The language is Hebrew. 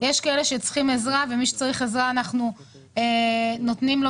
יש כאלה שצריכים עזרה ומי שצריך עזרה אנחנו נותנים לו